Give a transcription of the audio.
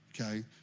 Okay